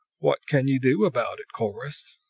what can ye do about it, corrus?